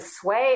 sway